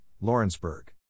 Lawrenceburg